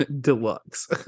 Deluxe